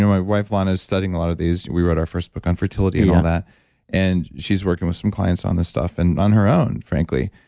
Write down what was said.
and my wife lana is studying a lot of these. we wrote our first book on fertility and all that, and she's working with some clients on this stuff and on her own, frankly.